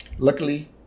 Luckily